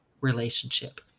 relationship